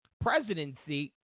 presidency